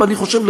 אני חושב,